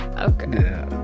okay